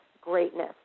greatness